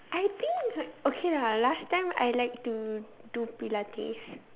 I think okay lah last time I like to do Pilates